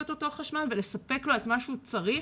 את אותו חשמל ולספק לו את מה שהוא צריך